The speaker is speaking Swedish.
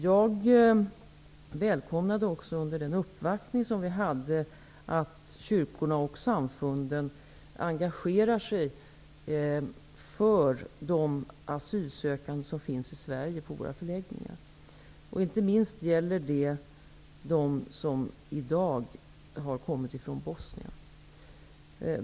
Jag välkomnade också under den uppvaktning som gjordes att kyrkorna och samfunden engagerar sig för de asylsökande som finns på våra förläggningar i Sverige. Inte minst gäller detta dem som i dag har kommit från Bosnien.